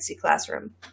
classroom